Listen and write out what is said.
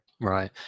Right